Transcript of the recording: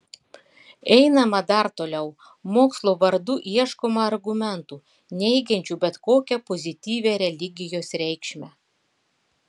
einama dar toliau mokslo vardu ieškoma argumentų neigiančių bet kokią pozityvią religijos reikšmę